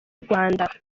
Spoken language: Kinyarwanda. rwanda